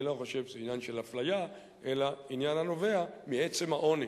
אני לא חושב שזה עניין של אפליה אלא עניין הנובע מעצם העוני.